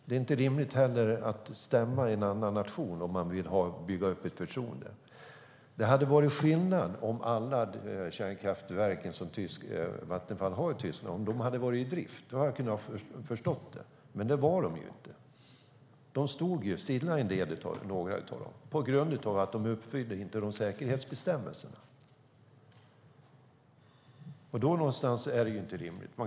Det är inte heller rimligt att stämma en annan nation om man vill bygga upp ett förtroende. Det hade varit skillnad om alla kärnkraftverk som Vattenfall har i Tyskland hade varit i drift. Då hade jag kunnat förstå det, men det var de inte. Några av dem stod stilla på grund av att de inte uppfyllde säkerhetsbestämmelserna, och då är det inte rimligt.